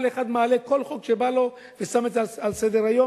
כל אחד מעלה כל חוק שבא לו ושם את זה על סדר-היום,